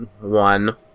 one